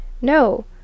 no